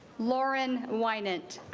lauren winant